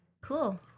Cool